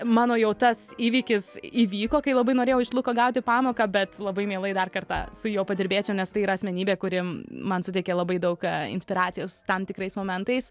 mano jau tas įvykis įvyko kai labai norėjau iš luko gauti pamoką bet labai mielai dar kartą su juo padirbėčiau nes tai yra asmenybė kuri man suteikė labai daug inspiracijos tam tikrais momentais